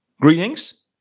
greetings